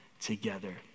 together